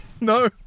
No